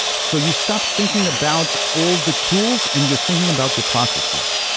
so you stop thinking about all the tools and you're thinking about your processes.